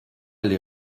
les